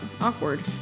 Awkward